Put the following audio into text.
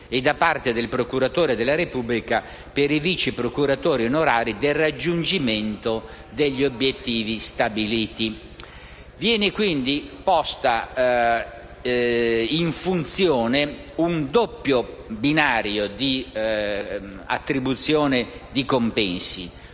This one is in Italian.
e da parte del procuratore della Repubblica per i vice procuratori onorari, del raggiungimento degli obiettivi stabiliti». Viene quindi posto in funzione un doppio binario di attribuzione di compensi: